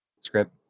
Script